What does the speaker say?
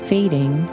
fading